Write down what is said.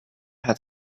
had